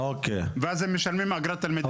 ואז הם משלמים אגרת תלמידים.